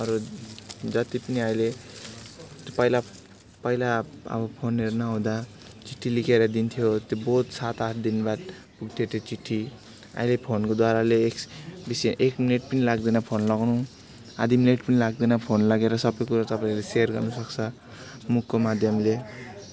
अरू जति पनि अहिले त्यो पहिला पहिला अब फोनहरू नहुँदा चिठ्ठी लेखेर दिन्थ्यो त्यो बहुत सात आठ दिन बाद पुग्थ्यो त्यो चिठ्ठी अहिले फोनको द्वाराले बेसी एक्स एक मिनट पनि लाग्दैन फोन लगाउनु आधी मिनट पनि लाग्दैन फोन लागेर सबै कुरो तपाईँहरू सेयर गर्नुसक्छ मुखको माध्यमले